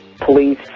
police